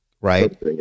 right